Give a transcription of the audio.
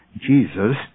Jesus